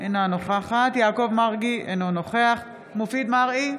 אינה נוכחת יעקב מרגי, אינו נוכח מופיד מרעי,